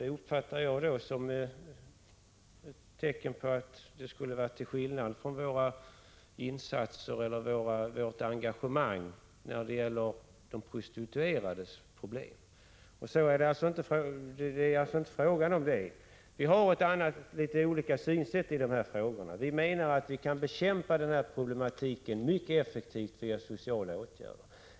Det uppfattade jag som ett tecken på att hon ansåg att det skulle vara en skillnad mellan våra uppfattningar om nödvändiga insatser och vårt engagemang när det gäller de prostituerades problem. Det är inte fråga om det! Vi har litet olika synsätt i dessa frågor. Vi menar att vi kan bekämpa denna problematik mycket effektivt via sociala åtgärder.